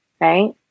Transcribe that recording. right